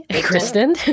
Kristen